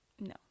no